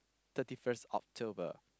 thirty first October